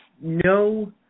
no